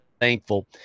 thankful